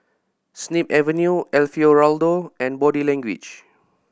Snip Avenue Alfio Raldo and Body Language